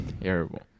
Terrible